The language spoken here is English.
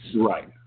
right